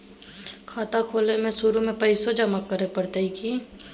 खाता खोले में शुरू में पैसो जमा करे पड़तई की?